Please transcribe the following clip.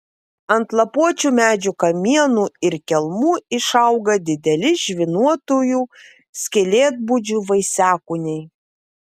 ant lapuočių medžių kamienų ir kelmų išauga dideli žvynuotųjų skylėtbudžių vaisiakūniai